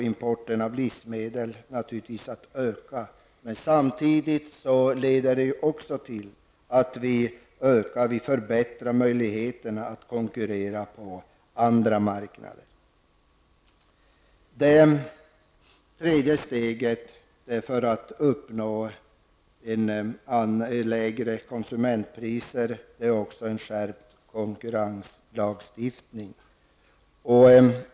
Importen av livsmedel kommer naturligtvis också att öka, men samtidigt leder det till att vi ökar och förbättrar möjligheterna att konkurrera på andra marknader. Det tredje steget för att uppnå lägre konsumentpriser är att skärpa konkurrenslagstiftningen.